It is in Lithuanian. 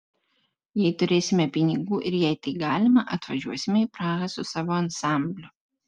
jei turėsime pinigų ir jei tai galima atvažiuosime į prahą su savo ansambliu